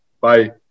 Bye